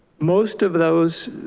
most of those,